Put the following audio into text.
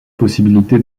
possibilité